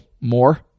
more